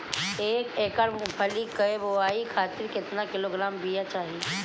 एक एकड़ मूंगफली क बोआई खातिर केतना किलोग्राम बीया लागी?